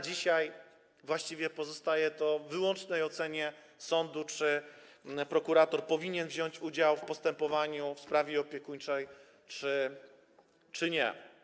Dzisiaj właściwie pozostaje do wyłącznej oceny sądu to, czy prokurator powinien wziąć udział w postępowaniu w sprawie opiekuńczej, czy nie.